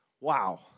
Wow